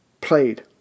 played